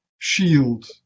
shield